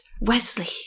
Wesley